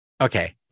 Okay